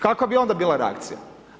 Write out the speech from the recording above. Kakva bi onda bila reakcija?